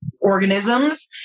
organisms